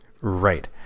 right